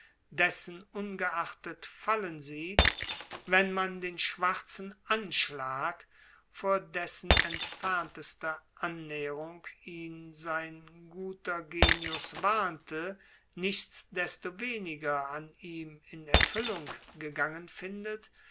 vorbereitung dessenungeachtet fallen sieht wenn man den schwarzen anschlag vor dessen entferntester annäherung ihn sein guter genius warnte nichtsdestoweniger an ihm in erfüllung gegangen findet